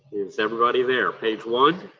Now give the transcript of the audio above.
is everybody there, page one?